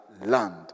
land